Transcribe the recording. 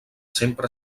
sempre